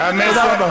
תודה רבה.